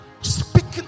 Speaking